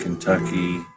Kentucky